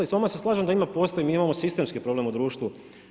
I s vama se slažem da ima posla, mi imamo sistemski problem u društvu.